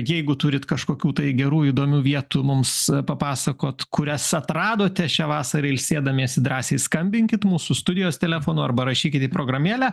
jeigu turit kažkokių tai gerų įdomių vietų mums papasakot kurias atradote šią vasarą ilsėdamiesi drąsiai skambinkit mūsų studijos telefonu arba rašykit į programėlę